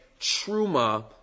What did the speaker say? truma